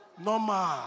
Normal